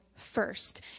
First